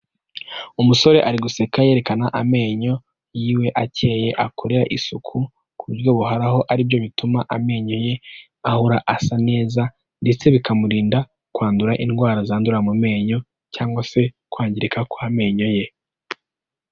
Umusore ari guseka yerekana amenyo yiwe akeye akorera isuku, ku buryo buhoraho aribyo bituma amenyo ye ahora asa neza, ndetse bikamurinda kwandura indwara zandura mu menyo, cyangwa se kwangirika kw'amenyo ye.